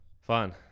Fun